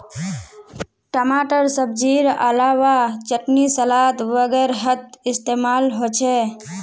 टमाटर सब्जिर अलावा चटनी सलाद वगैरहत इस्तेमाल होचे